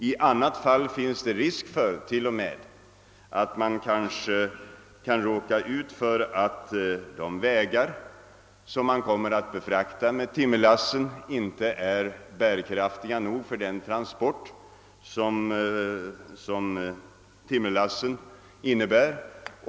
I annat fall finns det till och med risk för att man kan råka ut för att de vägar som man kommer att befara med timmerlassen inte är bärkraftiga nog för den transport som timmerlassen innebär.